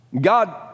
God